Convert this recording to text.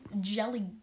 jelly